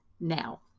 now